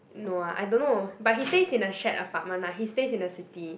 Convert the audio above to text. no ah I don't know but he stays in a shared apartment lah he stays in the city